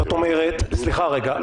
סליחה רגע.